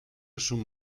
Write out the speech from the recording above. szum